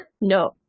No